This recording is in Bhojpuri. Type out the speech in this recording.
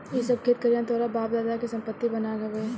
इ सब खेत खरिहान तोहरा बाप दादा के संपत्ति बनाल हवे